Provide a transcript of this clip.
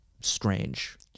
strange